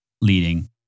leading